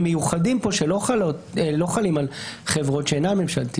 מיוחדים שלא חלים על חברות שאינן ממשלתיות.